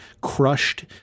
crushed